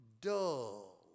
dull